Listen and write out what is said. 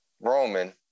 Roman